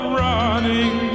running